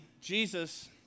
Jesus